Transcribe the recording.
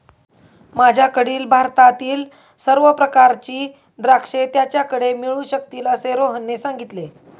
माझ्याकडील भारतातील सर्व प्रकारची द्राक्षे त्याच्याकडे मिळू शकतील असे रोहनने सांगितले